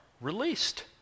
released